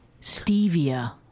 stevia